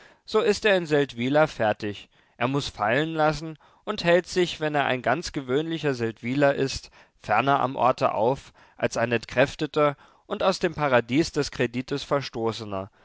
so ist er in seldwyla fertig er muß fallen lassen und hält sich wenn er ein ganz gewöhnlicher seldwyler ist ferner am orte auf als ein entkräfteter und aus dem paradies des kredites verstoßener